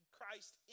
Christ